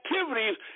activities